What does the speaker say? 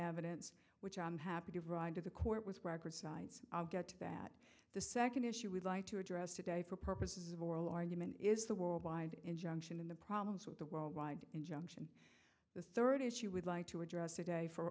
evidence which i'm happy to bring to the court with record cites i'll get to that the second issue would like to address today for purposes of oral argument is the world wide injunction in the problems with the worldwide injunction the third as she would like to address today for